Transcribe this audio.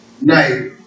night